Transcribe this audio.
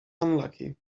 unlucky